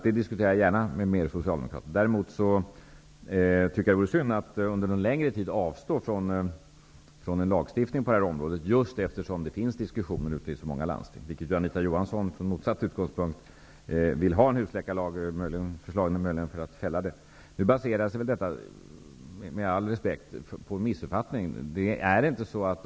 Vi diskuterar alltså gärna med Däremot vore det synd att under någon längre tid avstå från lagstiftning på det här området, just med tanke på att det förekommer diskussioner i många olika landsting. Anita Johansson, som har motsatt utgångspunkt för sin fråga, vill ju att ett förslag om lag för husläkarsystemet skall läggas fram -- möjligen för att kunna fälla förslaget. Nu baseras väl detta önskemål, med all respekt, på en missuppfattning.